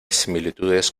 similitudes